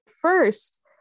first